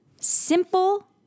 simple